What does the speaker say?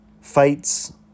fights